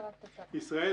ישראל,